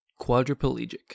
Quadriplegic